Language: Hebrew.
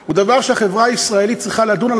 הוא דבר שהחברה הישראלית צריכה לעשות אותו,